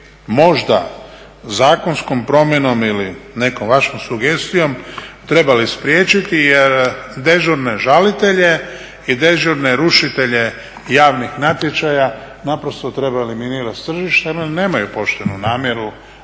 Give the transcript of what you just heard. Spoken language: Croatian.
možda zakonskom promjenom ili nekom vašom sugestijom trebali spriječiti. Jer dežurne žalitelje i dežurne rušitelje javnih natječaja naprosto treba eliminirati s tržišta, jer oni nemaju poštenu namjeru